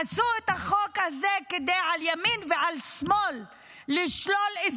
עשו את החוק הזה כדי לשלול על ימין ועל שמאל אזרחות